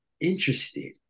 interested